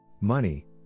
Money